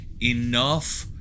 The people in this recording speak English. enough